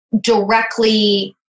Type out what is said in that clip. directly